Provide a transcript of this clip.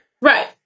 Right